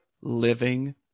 living